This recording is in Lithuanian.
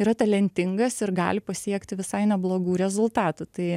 yra talentingas ir gali pasiekti visai neblogų rezultatų tai